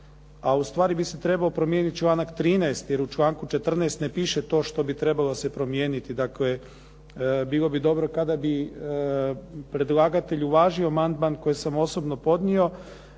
a ustvari bi se trebao promijeniti članak 13. jer u članku 14. ne piše to što bi trebalo se promijeniti. Dakle, bilo bi dobro kada bi predlagatelj uvažio amandman koji sam osobno podnio